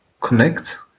Connect